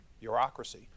bureaucracy